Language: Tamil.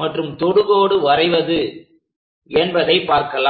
மற்றும் தொடுகோடு வரைவது என்பதை பார்க்கலாம்